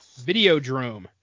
Videodrome